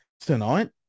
tonight